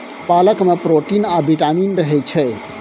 पालक मे प्रोटीन आ बिटामिन रहय छै